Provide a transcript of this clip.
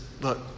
look